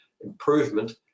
improvement